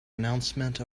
announcement